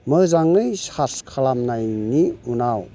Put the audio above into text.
मोजांङै सार्च खालामनायनि उनाव